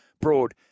broad